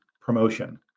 promotion